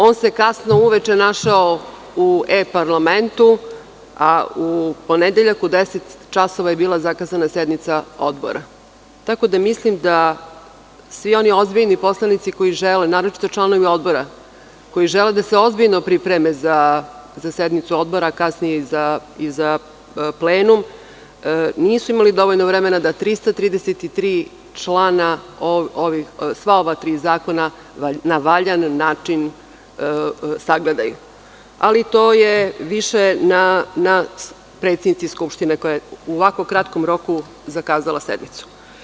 On se kasno uveče našao u e-parlamentu, a u ponedeljak u 10,00 sati je bila zakazana sednica Odbora, tako da mislim da svi oni ozbiljni poslanici, naročito članovi Odbora, koji žele da se ozbiljno pripreme za sednicu Odbora, a kasnije i za plenum, nisu imali dovoljno vremena da 333 člana sva ova tri zakona na valjan način sagledaju, ali to je više na predsednici Skupštine, koja je u ovako kratkom roku zakazala sednicu.